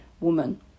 woman